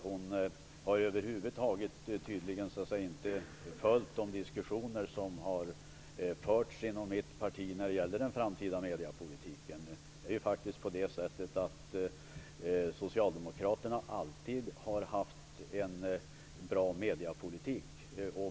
Hon har tydligen över huvud taget inte följt de diskussioner som har förts inom mitt parti när det gäller den framtida mediepolitiken. Socialdemokraterna har faktiskt alltid haft en bra mediapolitik.